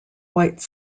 white